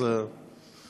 אז, לא.